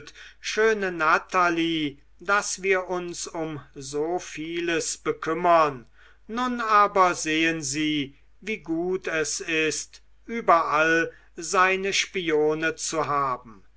schöne natalie daß wir uns um so vieles bekümmern nun aber sehen sie wie gut es ist überall seine spione zu haben